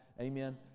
amen